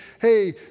hey